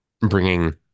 bringing